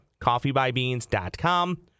Coffeebybeans.com